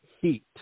heat